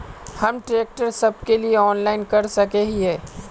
हम ट्रैक्टर सब के लिए ऑनलाइन कर सके हिये?